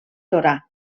torà